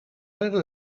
zijn